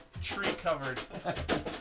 tree-covered